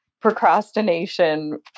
procrastination